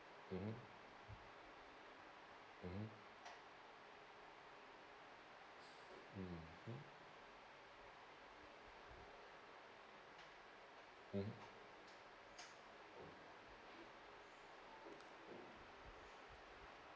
mmhmm mmhmm mmhmm mmhmm